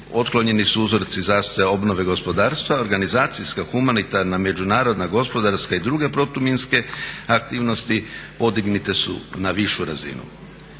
otklonjeni su uzroci zastoja obnove gospodarstva, organizacijska, humanitarna, međunarodna, gospodarska i druge protuminske aktivnosti podignute su na višu razinu.